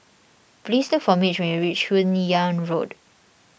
please look for Mitch when you reach Hun Yeang Road